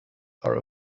are